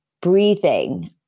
breathing